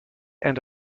and